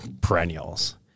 perennials